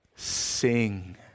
Sing